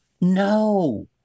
No